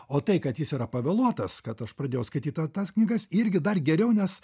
o tai kad jis yra pavėluotas kad aš pradėjau skaityt ta tas knygas irgi dar geriau nes